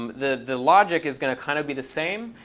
um the the logic is going to kind of be the same.